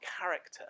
character